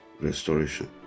restoration